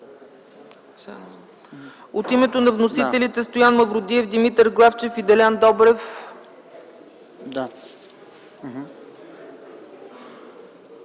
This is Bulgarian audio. От името на вносителите Стоян Мавродиев, Димитър Главчев и Делян Добрев?